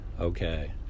okay